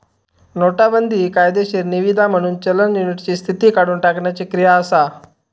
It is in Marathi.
नोटाबंदी हि कायदेशीर निवीदा म्हणून चलन युनिटची स्थिती काढुन टाकण्याची क्रिया असा